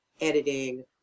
editing